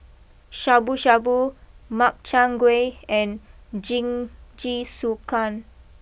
Shabu Shabu Makchang Gui and Jingisukan